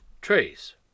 Trace